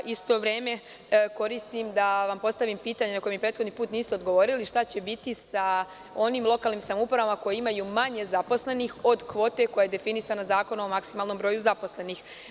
Istovremeno koristim priliku da vam postavim pitanje na koje mi prethodni put niste odgovorili – šta će biti sa onim lokalnim samoupravama koje imaju manje zaposlenih od kvote koja je definisana Zakonom o maksimalnom broju zaposlenih?